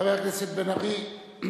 חבר הכנסת בן-ארי.